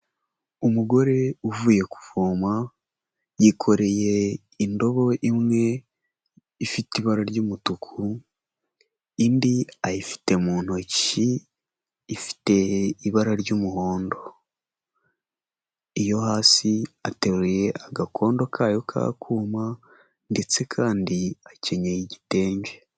Umugore uvuye kuvoma yikoreye indobo imwe ifite ibara ry'umutuku, indi ayifite mu ntoki, ifite ibara ry'umuhondo, iyo hasi ateruye agakondo kayo k'akuma ndetse kandi akenyeye igitenge.